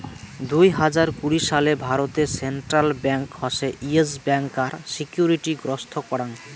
দুই হাজার কুড়ি সালে ভারতে সেন্ট্রাল ব্যাঙ্ক হসে ইয়েস ব্যাংকার সিকিউরিটি গ্রস্ত করাং